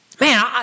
Man